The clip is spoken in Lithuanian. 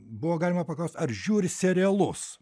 buvo galima paklausti ar žiūri serialus